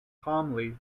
calmly